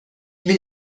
will